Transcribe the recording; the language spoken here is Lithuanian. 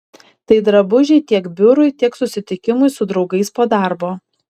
tai drabužiai tiek biurui tiek susitikimui su draugais po darbo